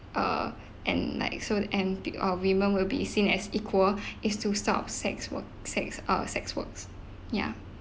err and like so and err women will be seen as equal is to stop sex work sex err sex works ya